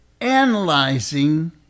analyzing